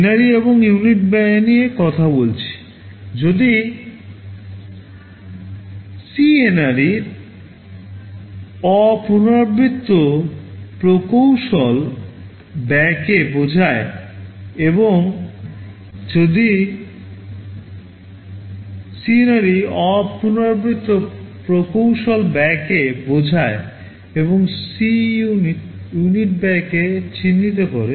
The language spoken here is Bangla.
এখন NRE এবং ইউনিট ব্যয় নিয়ে কথা বলছি যদি CNRE অ পুনরাবৃত্ত প্রকৌশল ব্যয়কে বোঝায় এবং Cunit ইউনিট ব্যয়কে চিহ্নিত করে